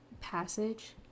passage